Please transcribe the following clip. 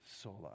sola